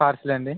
పార్సిలా అండి